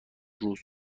روز